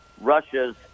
Russia's